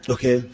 Okay